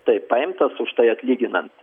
taip paimtas už tai atlyginant